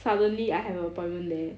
suddenly I have appointment leh